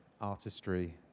artistry